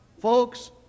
Folks